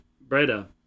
Breda